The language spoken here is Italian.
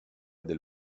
del